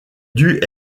dut